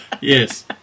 Yes